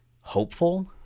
hopeful